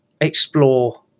explore